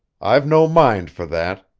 i've no mind for that.